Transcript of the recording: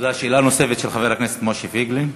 שאלה נוספת של חבר הכנסת משה פייגלין.